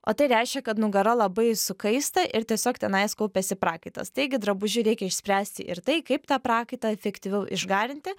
o tai reiškia kad nugara labai sukaista ir tiesiog tenais kaupiasi prakaitas taigi drabužiu reikia išspręsti ir tai kaip tą prakaitą efektyviau išgarinti